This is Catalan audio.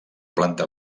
planta